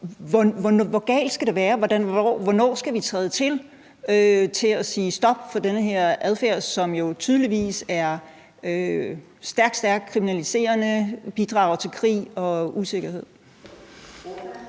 hvor galt skal det være? Hvornår skal vi træde til og sige stop for den her adfærd, som jo tydeligvis er stærkt, stærkt kriminel og bidrager til krig og usikkerhed?